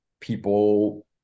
people